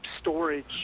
storage